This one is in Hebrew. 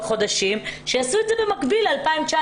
שיעשו את זה במקביל ל-2019